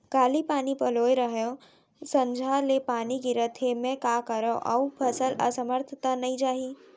काली पानी पलोय रहेंव, संझा ले पानी गिरत हे, मैं का करंव अऊ फसल असमर्थ त नई जाही?